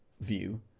view